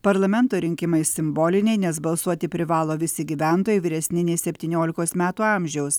parlamento rinkimai simboliniai nes balsuoti privalo visi gyventojai vyresni nei septyniolikos metų amžiaus